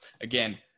again